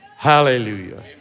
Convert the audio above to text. Hallelujah